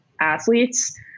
athletes